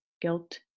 guilt